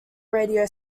radio